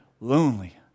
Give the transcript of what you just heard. lonely